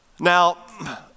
Now